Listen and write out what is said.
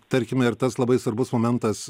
tarkime ir tas labai svarbus momentas